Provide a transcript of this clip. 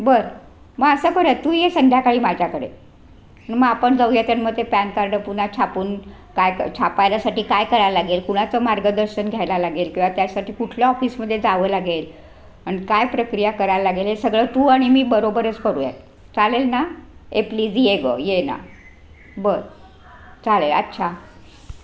बरं मग असं करुयात तू ये संध्याकाळी माझ्याकडे मग आपण जाऊया त्यां मग ते पॅन कार्ड पुन्हा छापून काय छापायला साठी काय कराय लागेल कुणाचं मार्गदर्शन घ्यायला लागेल किंवा त्यासाठी कुठल्या ऑफिसमध्ये जावं लागेल आणि काय प्रक्रिया करायला लागेल हे सगळं तू आणि मी बरोबरच करूयात चालेल ना ए प्लीज ये गं ये ना बरं चालेल अच्छा